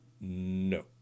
no